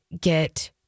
get